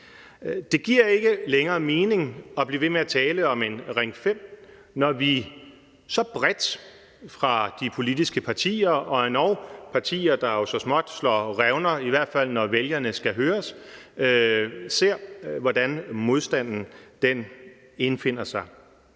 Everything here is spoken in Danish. Det giver ikke længere mening at blive ved med at tale om Ring 5, når vi så bredt fra de politiske partier og endog partier, der så småt slår revner, i hvert fald når vælgerne skal høres, ser, hvordan modstanden indfinder sig.